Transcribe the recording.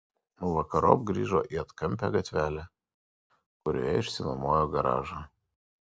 vakarop grįžo į atkampią gatvelę kurioje išsinuomojo garažą